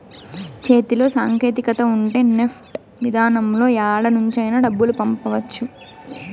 చేతిలో సాంకేతికత ఉంటే నెఫ్ట్ విధానంలో యాడ నుంచైనా డబ్బులు పంపవచ్చు